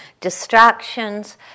distractions